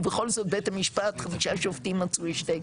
ובכל זאת בית המשפט חמישה שופטים מצאו השתק,